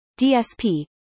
DSP